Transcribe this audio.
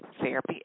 Therapy